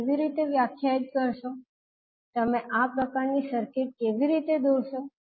તમે કેવી રીતે વ્યાખ્યાયિત કરશો તમે આ પ્રકારની સર્કિટ કેવી રીતે દોરશો